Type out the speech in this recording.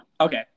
Okay